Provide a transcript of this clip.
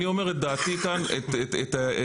יש נוהל של --- את זוכרת כמה אנחנו נלחמנו?